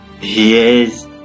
Yes